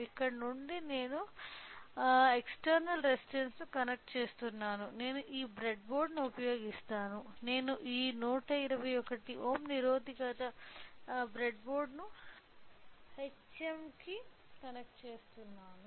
ఇక్కడ నుండి నేను ఎక్స్టర్నల్ రెసిస్టర్ను కనెక్ట్ చేస్తున్నాను నేను ఈ బ్రెడ్బోర్డ్ను ఉపయోగిస్తాను నేను ఈ 121 ఓం నిరోధకతను బ్రెడ్బోర్డ్ హెచ్ఎమ్కి కనెక్ట్ చేస్తున్నాను